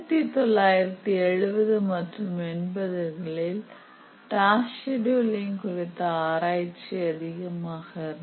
1970 மற்றும் 80 களில் task scheduling குறித்த ஆராய்ச்சி அதிகமாக இருந்தது